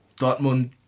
Dortmund